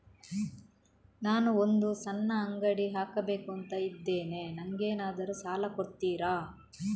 ನಾನು ಒಂದು ಸಣ್ಣ ಅಂಗಡಿ ಹಾಕಬೇಕುಂತ ಇದ್ದೇನೆ ನಂಗೇನಾದ್ರು ಸಾಲ ಕೊಡ್ತೀರಾ?